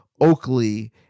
Oakley